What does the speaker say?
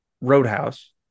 Roadhouse